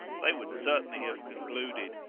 they would certainly have concluded,